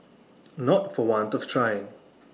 not for want of trying